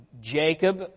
Jacob